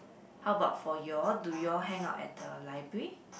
how about for you all do you all hang out at the library